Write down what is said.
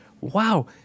wow